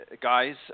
guys